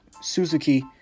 Suzuki